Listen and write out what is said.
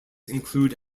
include